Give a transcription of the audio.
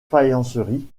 faïencerie